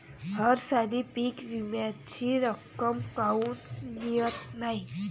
हरसाली पीक विम्याची रक्कम काऊन मियत नाई?